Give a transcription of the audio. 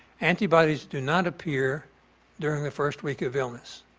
antibodies do not appear during the first week of illness.